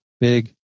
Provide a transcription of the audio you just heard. Big